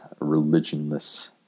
religionless